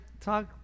talk